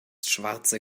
schwarze